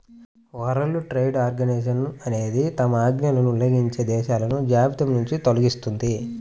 world trade organisation అనేది తమ ఆజ్ఞలను ఉల్లంఘించే దేశాలను జాబితానుంచి తొలగిస్తుంది